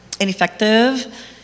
ineffective